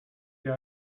hier